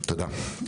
תודה.